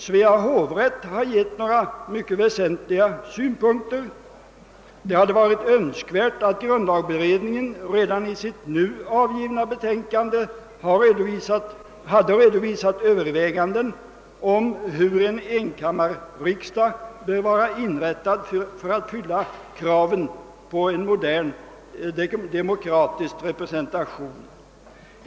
Svea hovrätt har anfört några mycket väsentliga synpunkter, bl.a. följande: »Det hade varit önskvärt att grundlagberedningen redan i sitt nu avgivna betänkande hade redovisat överväganden om hur en enkammarriksdag bör vara inrättad för att fylla kraven på en modern demokratisk representation.